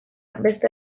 beste